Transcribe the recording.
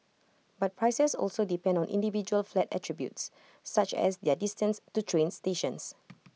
but prices also depend on individual flat attributes such as their distance to train stations